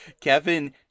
Kevin